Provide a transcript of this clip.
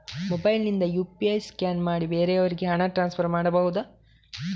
Mobile ನಿಂದ UPI scan ಮಾಡಿ ಬೇರೆಯವರಿಗೆ ಹಣ ಟ್ರಾನ್ಸ್ಫರ್ ಮಾಡಬಹುದ?